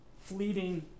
fleeting